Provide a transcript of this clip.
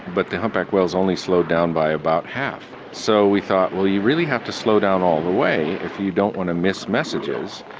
but the humpback whales only slowed down by about half. so we thought, well, you really have to slow down all the way if you don't want to miss messages,